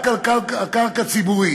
רק על קרקע ציבורית,